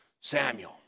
Samuel